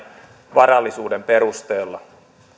varallisuuden perusteella